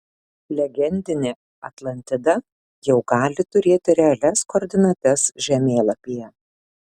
legendinė atlantida jau gali turėti realias koordinates žemėlapyje